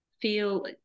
feel